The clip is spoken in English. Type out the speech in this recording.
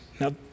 Now